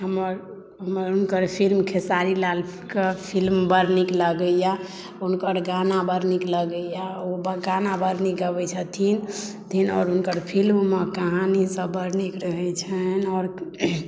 हमर हुनकर फिल्म खेसारी लालक फिल्म बड़ नीक लागैया हुनकर गाना बड़ नीक लगैया ओ गाना बड़ नीक गबै छथिन आओर हुनकर फिल्म मे कहानी सभ बड़ नीक रहै छनि आओर